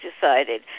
decided